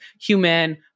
human